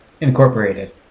incorporated